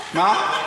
מה?